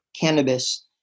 cannabis